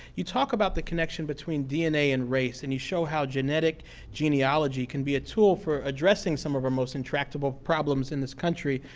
you talk about the connection between dna and race, and you show how genetic genealogy can be a tool for addressing some of our most intractable problems in this country,